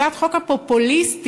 הצעת החוק, הפופוליסטית,